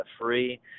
free